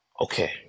okay